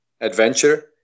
adventure